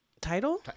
Title